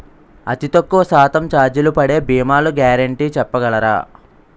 అతి తక్కువ శాతం ఛార్జీలు పడే భీమాలు గ్యారంటీ చెప్పగలరా?